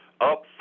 up